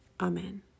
Amen